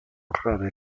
raven